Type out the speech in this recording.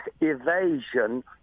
evasion